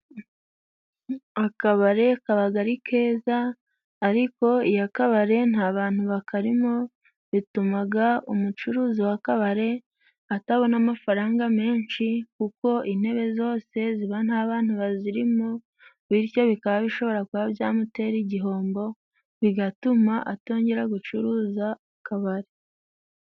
Akabare kabaga ari keza ariko iyo akabare nta bantu bakarimo bitumaga umucuruzi wa kabare atabona amafaranga menshi kuko intebe zose ziba nta bantu bazirimo bityo bikaba bishobora kuba byamutera igihombo bigatuma atongera gucuruza akabari.